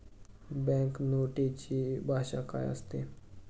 Bank नोटेची भाषा काय असते?